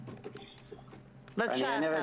אתם מדברים